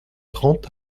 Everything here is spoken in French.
trente